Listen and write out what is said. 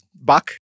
buck